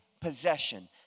possession